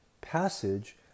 passage